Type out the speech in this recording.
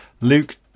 Luke